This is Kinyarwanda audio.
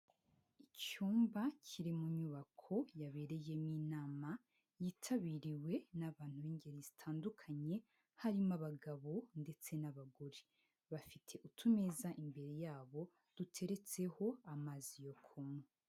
Icyumba kiri mu nyubako yabereyemo inama yitabiriwe n'abantu b'ingeri zitandukanye harimo abagabo, ndetse n'abagore. Bafite utumeza imbere yabo imbere yabo duteretseho amazi yo kunywa.